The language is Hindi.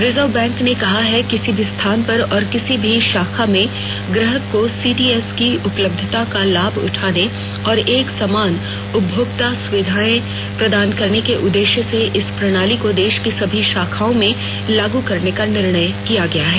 रिजर्व बैंक ने कहा है कि किसी भी स्थान पर और किसी भी शाखा में ग्राहक को सीटीएस की उपलब्धता का लाभ उठाने और एक समान उपभोक्ता सुविधाएं प्रदान करने को उद्देश्य से इस प्रणाली को देश की सभी बैंक शाखाओं में लागू करने का निर्णय किया गया है